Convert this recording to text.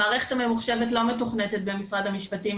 המערכת הממוחשבת לא מתוכננת במשרד המשפטים,